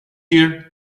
here